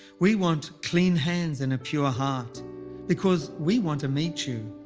we want clean hands and a pure heart because we want to meet you,